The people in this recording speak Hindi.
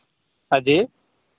हाँ जी